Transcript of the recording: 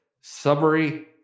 Summary